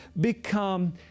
become